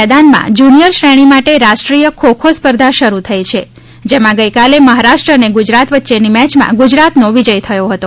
મેદાનમાં જુનિયર શ્રેણી માટે રાષ્ટ્રીય ખો ખો સ્પર્ધા શરૂ થઇ છે જેમાં ગઇકાલે મહારાષ્ટ્ર અને ગુજરાત વચ્ચેની મેચમાં ગુજરાતનો વિજય થયો હતો